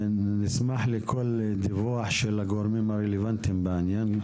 ונשמח לכל דיווח של הגורמים הרלוונטיים לעניין,